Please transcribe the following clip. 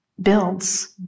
builds